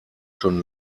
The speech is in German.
schon